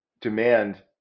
demand